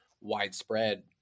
widespread